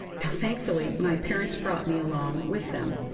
thankfully, my parents brought me along with them.